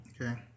Okay